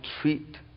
treat